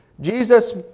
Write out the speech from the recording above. Jesus